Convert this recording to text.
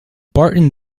barton